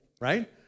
right